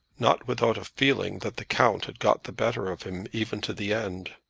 not without a feeling that the count had got the better of him, even to the end.